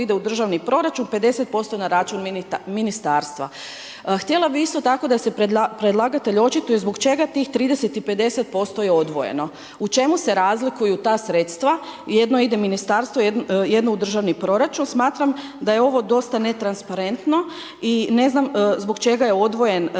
ide u državni proračun, 50% na račun ministarstva. Htjela bi isto tako da se predlagatelj očituje zbog čega tih 30 i 50% je odvojeno. U čemu se razlikuju ta sredstva, jedno ide ministarstvu, jedno u državni proračun, smatram da je ovo dosta netransparentno i ne znam zbog čega je odvojen taj